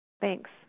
Thanks